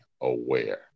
aware